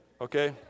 okay